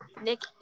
Nick